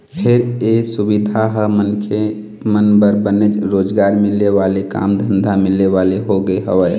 फेर ये सुबिधा ह मनखे मन बर बनेच रोजगार मिले वाले काम धंधा मिले वाले होगे हवय